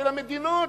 של המדינות,